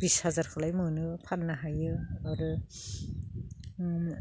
बिस हाजारफोरलाय मोनो फाननो हायो आरो